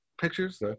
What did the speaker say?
pictures